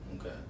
Okay